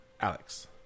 Alex